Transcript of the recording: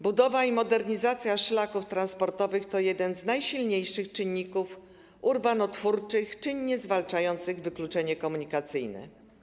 Budowa i modernizacja szlaków transportowych to jeden z najsilniejszych czynników urbanotwórczych, czynnie zwalczających wykluczenie komunikacyjne.